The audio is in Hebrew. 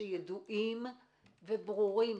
שידועים וברורים.